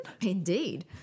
Indeed